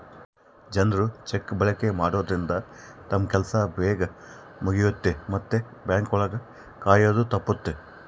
ಜನ್ರು ಚೆಕ್ ಬಳಕೆ ಮಾಡೋದ್ರಿಂದ ತಮ್ ಕೆಲ್ಸ ಬೇಗ್ ಮುಗಿಯುತ್ತೆ ಮತ್ತೆ ಬ್ಯಾಂಕ್ ಒಳಗ ಕಾಯೋದು ತಪ್ಪುತ್ತೆ